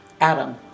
Adam